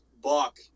buck